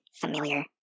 familiar